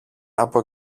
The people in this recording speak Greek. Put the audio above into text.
από